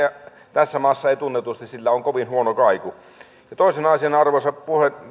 tässä maassa tunnetusti sillä on kovin huono kaiku toisena asiana arvoisa